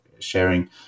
sharing